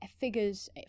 figures